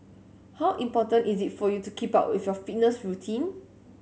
how important is it for you to keep up with your fitness routine